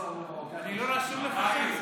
אני לא רשום לך שם?